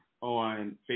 on